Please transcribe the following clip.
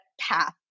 path